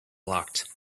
locked